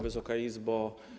Wysoka Izbo!